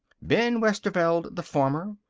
ben westerveld, the farmer,